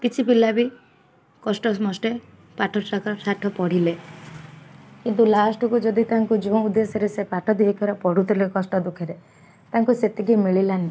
କିଛି ପିଲା ବି କଷ୍ଟମଷ୍ଟେ ପାଠସାଠ ପଢ଼ିଲେ କିନ୍ତୁ ଲାଷ୍ଟକୁ ଯଦି ତାଙ୍କୁ ଯେଉଁ ଉଦ୍ଦେଶ୍ୟରେ ସେ ପାଠ ଦୁଇ ଅକ୍ଷର ପଢ଼ୁଥିଲେ କଷ୍ଟ ଦୁଃଖରେ ତାଙ୍କୁ ସେତିକି ମିଳିଲାନି